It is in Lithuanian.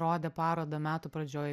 rodė parodą metų pradžioj